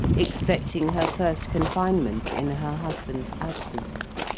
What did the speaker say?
expecting her first confinement in her husband's absence.